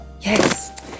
yes